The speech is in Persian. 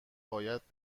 باید